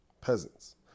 peasants